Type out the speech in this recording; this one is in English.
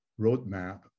roadmap